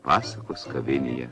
pasakos kavinėje